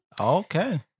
Okay